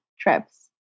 trips